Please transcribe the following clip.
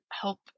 Help